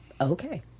okay